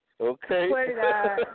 Okay